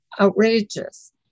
outrageous